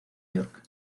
york